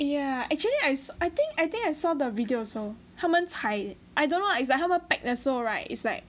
yeah actually I I think I think I saw the video also 他们踩 I don't know lah is like 他们 pack 的时候 right